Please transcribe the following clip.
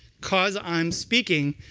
because i'm speaking,